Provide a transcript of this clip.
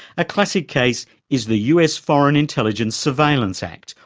a classic case is the us foreign intelligence surveillance act,